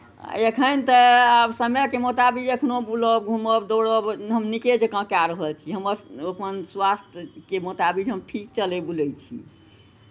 एखन तऽ आब समयके मोताबिक एखनहु बुलब घुमब दौड़ब हम नीके जकाँ कए रहल छी हमर अपन स्वास्थ्यके मोताबिक हम ठीक चलै बुलै छी